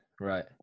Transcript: right